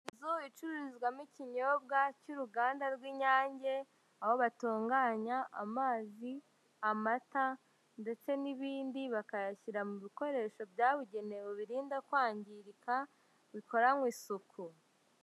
Inzu icuruzwamo ikinyobwa cy'uruganda rw'lnyange, aho batunganya amazi, amata ndetse n'ibindi, bakayashyira mu bikoresho byabugenewe birinda kwangirika bikoranywe isuku.